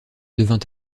devint